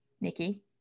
Nikki